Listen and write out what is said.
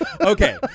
Okay